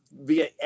via